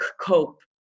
cope